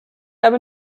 habe